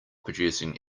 producing